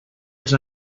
els